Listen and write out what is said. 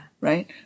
Right